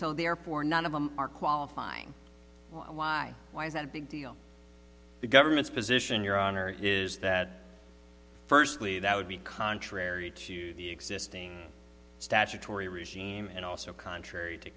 so therefore none of them are qualifying why why is that a big deal the government's position your honor is that firstly that would be contrary to the existing statutory regime and also contrary to